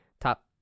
top